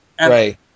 right